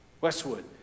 Westwood